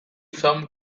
some